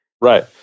Right